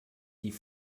die